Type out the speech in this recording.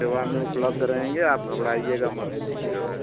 सेवा में उपलब्ध रहेंगे आप घबड़ाइएगा मत जो है